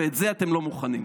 ואתה זה אתם לא מוכנים.